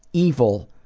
evil,